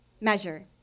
measure